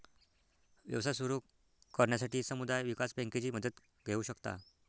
व्यवसाय सुरू करण्यासाठी समुदाय विकास बँकेची मदत घेऊ शकता